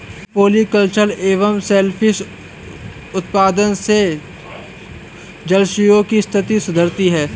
polyculture एवं सेल फिश उत्पादन से जलाशयों की स्थिति सुधरती है